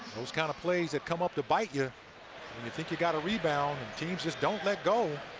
those kind of plays that come up to bite you when you think you've got a rebound, and teams just don't let go.